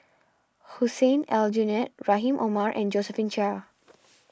Hussein Aljunied Rahim Omar and Josephine Chia